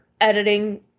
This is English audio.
editing